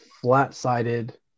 flat-sided